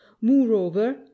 moreover